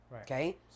okay